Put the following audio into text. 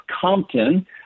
Compton